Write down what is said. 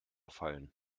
fallen